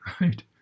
right